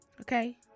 Okay